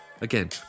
Again